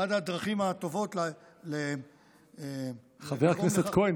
אחת הדרכים הטובות חבר הכנסת כהן,